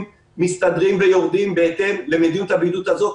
מסתדרים ויורדים בהתאם למדיניות הבידוד הזאת,